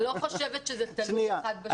אני לא חושבת שזה תלוי אחד בשני, תהלה.